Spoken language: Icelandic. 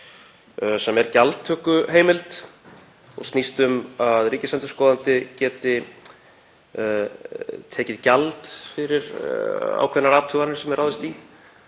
sem er gjaldtökuheimild og snýst um að ríkisendurskoðandi geti tekið gjald fyrir ákveðnar athuganir sem er ráðist í.